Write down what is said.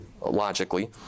logically